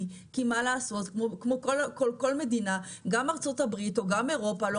כי כמו כל מדינה גם ארצות הברית או גם אירופה לא